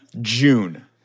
June